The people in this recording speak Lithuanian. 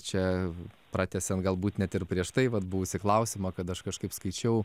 čia pratęsiant galbūt net ir prieš tai vat buvusį klausimą kad aš kažkaip skaičiau